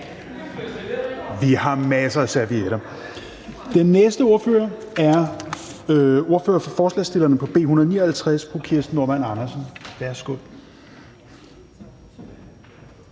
Vi har masser af servietter. Den næste ordfører er ordfører for forslagsstillerne på B 159 fru Kirsten Normann Andersen. Værsgo.